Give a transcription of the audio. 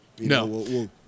no